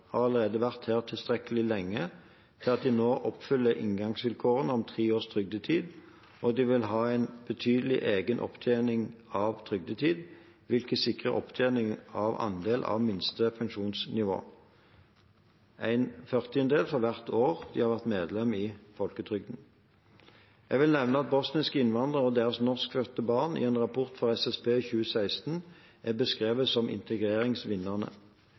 har allerede vært her tilstrekkelig lenge til at de nå oppfyller inngangsvilkårene om tre års trygdetid, og de vil ha en betydelig egen opptjening av trygdetid, hvilket sikrer opptjening av andel av minste pensjonsnivå – 1/40-del for hvert år de har vært medlem av folketrygden. Jeg vil nevne at bosniske innvandrere og deres norskfødte barn i en rapport fra SSB 2016 er beskrevet som